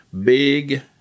Big